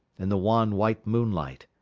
in the wan white moonlight.